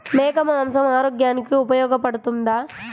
మేక మాంసం ఆరోగ్యానికి ఉపయోగపడుతుందా?